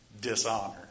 dishonor